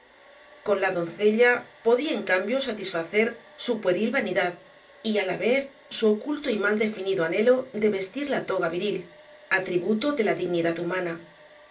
con la doncella podía en cambio satisfacer su pueril vanidad y á la vez su oculto y mal definido anhelo de vestir la toga viril atributo de la dignidad humana